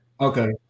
Okay